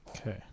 Okay